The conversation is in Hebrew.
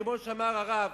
כמו שאמר הרב,